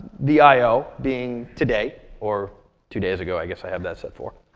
the i o being today or two days ago, i guess i have that set for